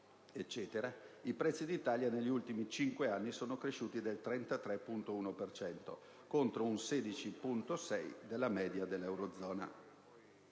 eccetera) i prezzi in Italia negli ultimi cinque anni sono cresciuti del 33,1 per cento, contro il 16,6 della media dell'eurozona.